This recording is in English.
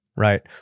Right